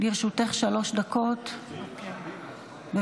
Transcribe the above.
לרשותך שלוש דקות, בבקשה.